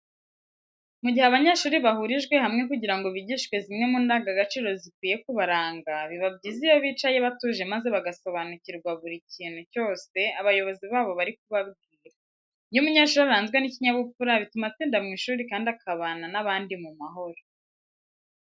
Mu gihe abanyeshuri bahurijwe hamwe kugira ngo bigishwe zimwe mu ndangagaciro zikwiye kubaranga, biba byiza iyo bicaye batuje maze bagasobanukirwa buri kintu cyose abayobozi babo bari kubabwira. Iyo umunyeshuri aranzwe n'ikinyabupfura bituma atsinda mu ishuri kandi akabana n'abandi mu mahoro.